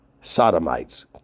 sodomites